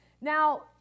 Now